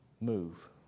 Move